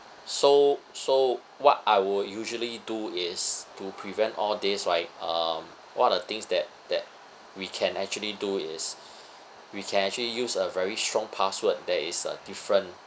so so what I will usually do is to prevent all this right um what are the things that that we can actually do is we can actually use a very strong password that is uh different